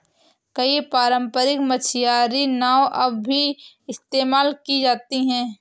कई पारम्परिक मछियारी नाव अब भी इस्तेमाल की जाती है